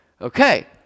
Okay